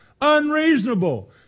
unreasonable